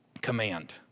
command